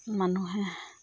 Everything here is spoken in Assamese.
মানুহে